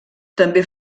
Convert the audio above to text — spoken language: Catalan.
també